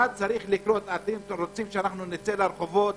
אתם רוצים שנצא לרחובות